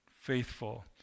faithful